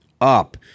up